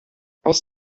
aus